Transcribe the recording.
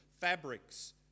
fabrics